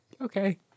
Okay